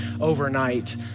overnight